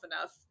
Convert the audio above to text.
enough